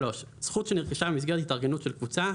זכות שנרכשה במסגרת התארגנות של קבוצה,